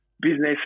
business